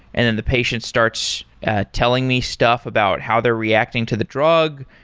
and then the patient starts telling me stuff about how they're reacting to the drug,